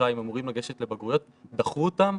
חודשיים אמורים לגשת לבגרויות, דחו אותם,